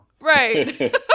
Right